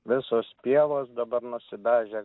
visos pievos dabar nusidažė